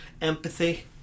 empathy